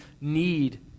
need